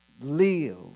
live